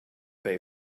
pay